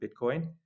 Bitcoin